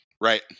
Right